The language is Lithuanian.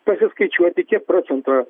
pasiskaičiuoti kiek procentų